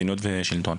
מדיניות ושלטון,